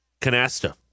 Canasta